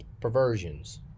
perversions